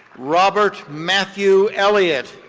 robert matthew elliot.